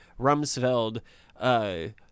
Rumsfeld—